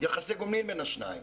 יחסי גומלין בין השניים.